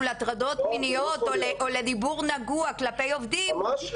להטרדות מיניות או לדיבור נגוע כלפי עובדים --- ממש לא.